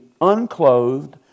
unclothed